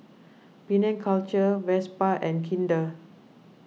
Penang Culture Vespa and Kinder